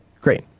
great